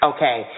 Okay